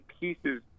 pieces